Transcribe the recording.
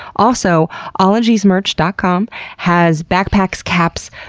also, ologiesmerch dot com has backpacks, caps,